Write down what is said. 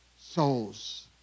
souls